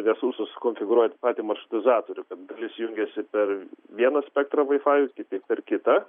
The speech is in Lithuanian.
resursus konfigūruot patį maršrutizatorių kad dalis jungiasi per vieną spektrą vaifajaus kiti per kitą